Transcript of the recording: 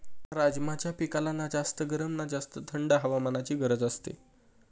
राजमाच्या पिकाला ना जास्त गरम ना जास्त थंड हवामानाची गरज असते